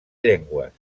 llengües